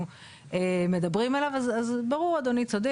וסך